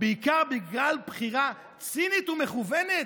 "בעיקר בגלל בחירה צינית ומכוונת".